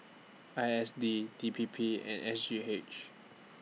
I S D D P P and S G H